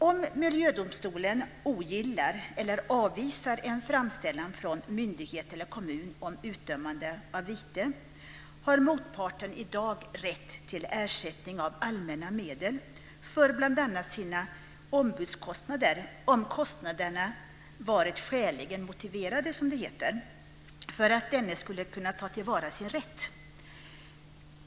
Om miljödomstolen ogillar eller avvisar en framställan från myndighet eller kommun om utdömande av vite har motparten i dag rätt till ersättning av allmänna medel för bl.a. sina ombudskostnader om kostnaderna varit skäligen motiverade för att denne skulle kunna ta till vara sin rätt.